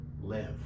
live